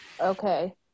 Okay